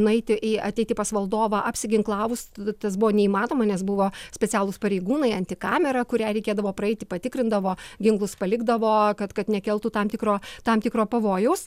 nueiti į ateiti pas valdovą apsiginklavus tas buvo neįmanoma nes buvo specialūs pareigūnai antikamera kurią reikėdavo praeiti patikrindavo ginklus palikdavo kad kad nekeltų tam tikro tam tikro pavojaus